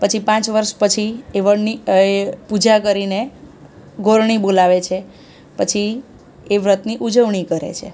પછી પાંચ વર્ષ પછી એ વડની એ પૂજા કરીને ગોરણી બોલાવે છે પછી એ વ્રતની ઉજવણી કરે છે